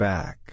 Back